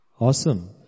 awesome